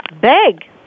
big